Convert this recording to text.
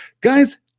Guys